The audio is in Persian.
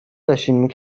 داشتین